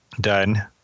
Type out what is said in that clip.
done